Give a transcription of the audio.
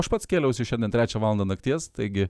aš pats kėliausi šiandien trečią valandą nakties taigi